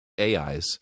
AIs